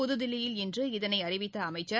புதுதில்லியில் இன்று இதனை அறிவித்த அமைச்சர்